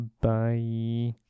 Bye